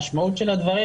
המשמעות של הדברים,